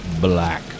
black